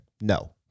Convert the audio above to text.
No